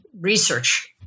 research